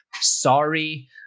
sorry